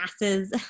masses